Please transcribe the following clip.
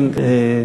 כן?